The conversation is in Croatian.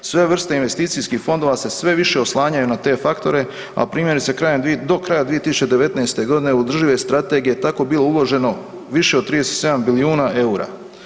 Sve vrste investicijskih fondova se sve više oslanjaju na te faktore, a primjerice, krajem, do kraja 2019. g. održive strategije tako bilo uvaženo više od 37 bilijuna eura.